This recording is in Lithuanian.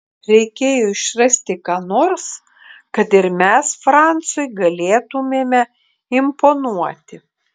reikėjo išrasti ką nors kad ir mes francui galėtumėme imponuoti